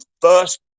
first